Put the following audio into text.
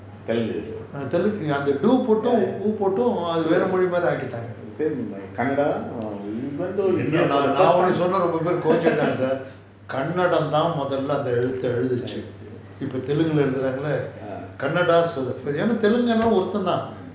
telugu போடும் போடும் வேற மொழி மாரி ஆகிட்டாங்க நான் ஒன்னு சொல்றேன் கோச்சிக்காத கன்னடம் தாம் மொதலை அந்த எழுத்து எழுதுவது இப்போ: potum potum vera mozhi maari aakitaanga naan onnu solraen kochikatha kanadam thaan mothala antha ezhuthu ezhuthunathu ippo telugu குல எழுதுறாங்க:kula eluthuraanga kannada சொல் என்ன telugu leh நா ஒருத்தன் தான்:naa oruthaen thaan